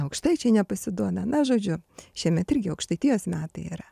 aukštaičiai nepasiduoda na žodžiu šiemet irgi aukštaitijos metai yra